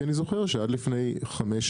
כי אני זוכר שעד לפני חמש,